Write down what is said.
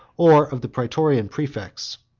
or of the praetorian praefects.